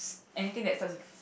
anything that starts with